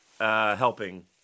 helping